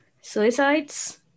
suicides